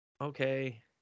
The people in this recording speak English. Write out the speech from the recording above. okay